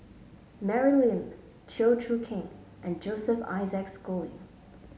Mary Lim Chew Choo Keng and Joseph Isaac Schooling